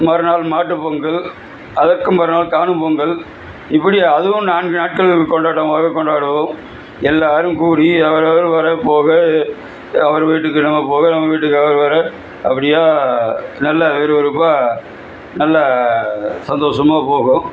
மறுநாள் மாட்டுப் பொங்கல் அதற்கும் மறுநாள் காணும் பொங்கல் இப்படி அதுவும் நான்கு நாட்கள் கொண்டாட்டமாக கொண்டாடுவோம் எல்லோரும் கூடி அவரவர் வர போக அவர் வீட்டுக்கு நம்ம போக நம்ம வீட்டுக்கு அவர் வர அப்படியா நல்ல விறுவிறுப்பாக நல்ல சந்தோசமா போகும்